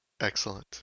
excellent